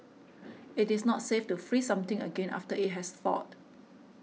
it is not safe to freeze something again after it has thawed